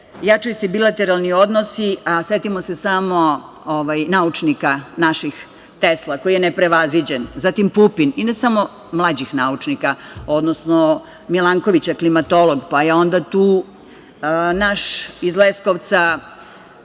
jačaju se bilateralni odnosi, a setimo se samo naših naučnika - Tesla koji je neprevaziđen, zatim Pupin, i ne samo mlađih naučnika, odnosno Milankovića, klimatologa, pa je onda tu iz Leskovca